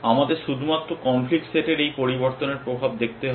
আমাদের শুধুমাত্র কনফ্লিক্ট সেটের এই পরিবর্তনের প্রভাব দেখতে হবে